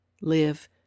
Live